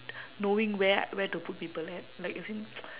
knowing where where to put people at like as in